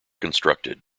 constructed